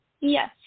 Yes